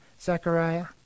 Zechariah